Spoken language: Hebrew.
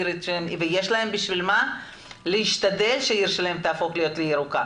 ויש להם בשביל מה להשתדל שהעיר שלהם תהפוך להיות ירוקה.